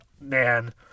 man